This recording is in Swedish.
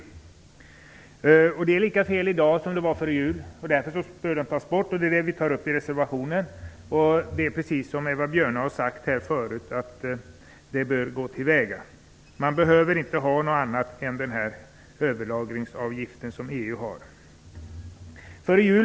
Den här avgiften är lika felaktig i dag som den var före jul, och därför bör den tas bort. Vi tar upp detta i en reservation. Det är så man bör gå till väga, precis som Eva Björne sade. Det behövs inte något annat än de överlagringsavgifter som EU har infört.